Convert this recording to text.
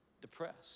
depressed